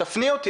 תפני אותי.